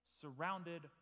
surrounded